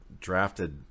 drafted